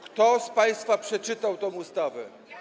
Kto z państwa przeczytał tę ustawę?